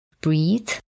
breathe